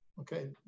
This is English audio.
Okay